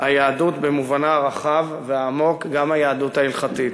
היהדות במובנה הרחב והעמוק, גם היהדות ההלכתית.